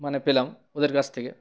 মানে পেলাম ওদের কাছ থেকে